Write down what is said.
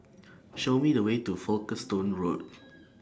Show Me The Way to Folkestone Road